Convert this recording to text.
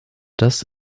das